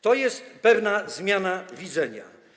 To jest pewna zmiana widzenia.